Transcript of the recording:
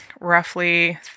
roughly